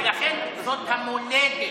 ולכן זו המולדת